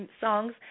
songs